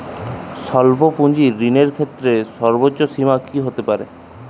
স্বল্প পুঁজির ঋণের ক্ষেত্রে সর্ব্বোচ্চ সীমা কী হতে পারে?